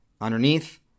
Underneath